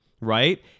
right